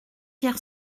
hier